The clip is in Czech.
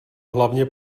hlavně